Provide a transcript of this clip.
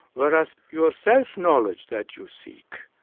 whereas your self-knowledge that you seek,